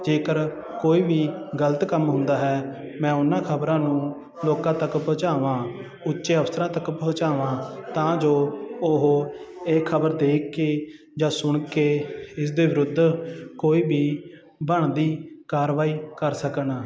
ਜੇਕਰ ਕੋਈ ਵੀ ਗਲਤ ਕੰਮ ਹੁੰਦਾ ਹੈ ਮੈਂ ਉਹਨਾਂ ਖ਼ਬਰਾਂ ਨੂੰ ਲੋਕਾਂ ਤੱਕ ਪਹੁੰਚਾਵਾਂ ਉੱਚੇ ਅਫ਼ਸਰਾਂ ਤੱਕ ਪਹੁੰਚਾਵਾਂ ਤਾਂ ਜੋ ਉਹ ਇਹ ਖ਼ਬਰ ਦੇਖ ਕੇ ਜਾਂ ਸੁਣ ਕੇ ਇਸ ਦੇ ਵਿਰੁੱਧ ਕੋਈ ਵੀ ਬਣਦੀ ਕਾਰਵਾਈ ਕਰ ਸਕਣ